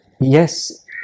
yes